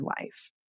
life